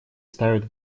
ставит